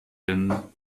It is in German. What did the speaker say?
hin